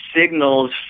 signals